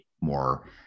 more